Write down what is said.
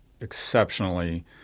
exceptionally